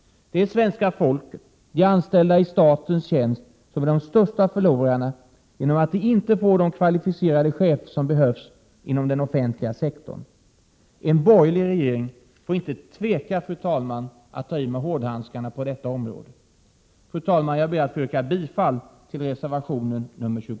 1987 å å Granskning av statsborgerlig regering får inte tveka att ta i med hårdhandskarna på detta rådens tjänsteutövning område.